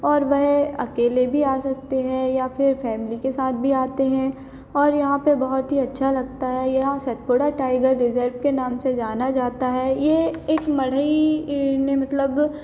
और वह अकेले भी आ सकते हैं या फिर फैमली के साथ भी आते हैं और यहाँ पर बहुत ही अच्छा लगता है यहाँ सतपुड़ा टाइगर रिजर्व के नाम से जाना जाता है ये एक मड़ई ई ने मतलब